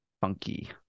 funky